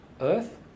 Earth